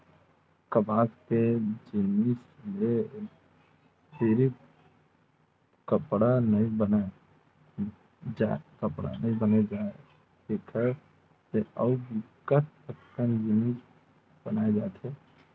कपसा के जिनसि ले सिरिफ कपड़ा नइ बनाए जाए एकर से अउ बिकट अकन जिनिस बनाए जाथे